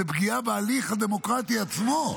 זו פגיעה בהליך הדמוקרטי עצמו.